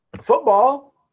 Football